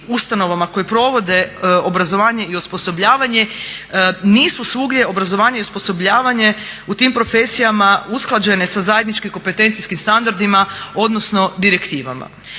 koje provode obrazovanje i osposobljavanje nisu svugdje obrazovanje i osposobljavanje u tim profesijama usklađene sa zajedničkim kompetencijskim standardima odnosno direktivama.